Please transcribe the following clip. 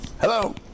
Hello